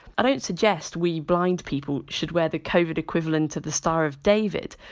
i don't suggest we blind people should wear the covid equivalent of the star of david,